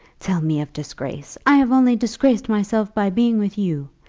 tell me of disgrace! i have only disgraced myself by being with you.